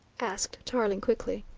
asked tarling quickly.